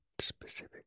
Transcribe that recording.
specific